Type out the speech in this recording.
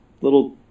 little